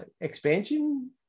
expansion